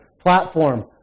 Platform